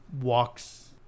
walks